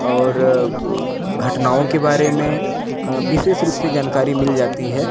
और अ घटनाओं के बारे में अ विशेष रूप से जानकारी मिल जाती है